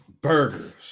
Burgers